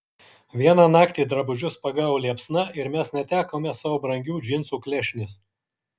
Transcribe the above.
vieną naktį drabužius pagavo liepsna ir mes netekome savo brangių džinsų klešnės